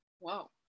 Wow